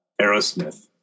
Aerosmith